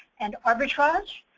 and arbitrage,